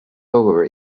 over